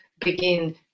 begin